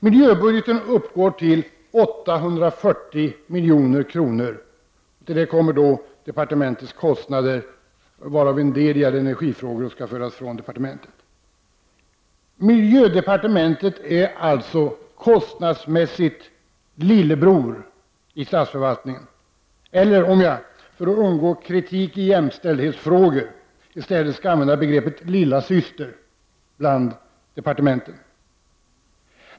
Miljöbudgeten uppgår till 840 milj.kr., och till detta kommer departementets kostnader, varav en del gäller energifrågor som skall föras över till ett annat departement. Miljödepartementet är alltså kostnadsmässigt lillebror inom statsförvaltningen, eller om jag för att undgå kritik i jämställdhetsfrågor i stället skall använda begreppet lillasyster bland departementen.